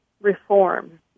reform